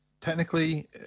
technically